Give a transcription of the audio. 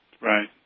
Right